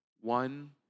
one